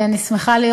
אני שמחה להיות